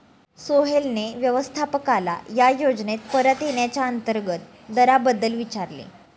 सोहेलने व्यवस्थापकाला या योजनेत परत येण्याच्या अंतर्गत दराबद्दल विचारले